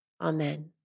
Amen